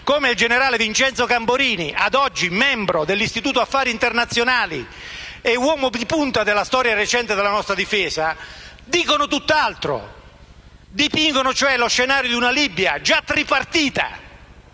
come il generale Vincenzo Camporini, ad oggi membro dell'Istituto affari internazionali e uomo di punta della storia recente della nostra difesa, dicono tutt'altro. Dipingono una Libia già tripartita,